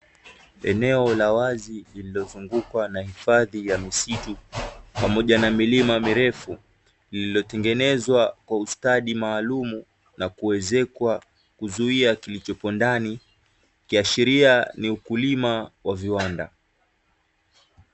Eneo la wazi lililozungukwa na hifadhi ya misitu pamoja na milima mirefu, lililotengenezwa kwa ustadi maalumu na kuezekwa kuzuia kilichopo ndani; ikiashiria ni ukulima wa viwanda.